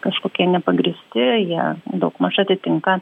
kažkokie nepagrįsti jie daugmaž atitinka